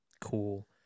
cool